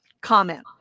comment